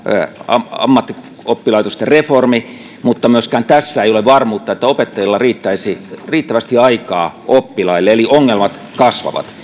ammattioppilaitosten reformi mutta myöskään tässä ei ole varmuutta että opettajilla riittäisi riittävästi aikaa oppilaille eli ongelmat kasvavat